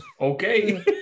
okay